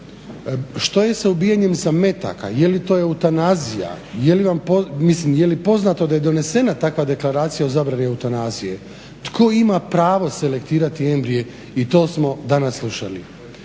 Što je sa ubijanjem zametaka? Jeli to eutanazija? Jeli poznato da je donesena takva deklaracija o zabrani eutanazije? Tko ima pravo selektirati embrije? I to smo danas slušali.